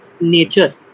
nature